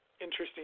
interesting